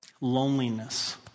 loneliness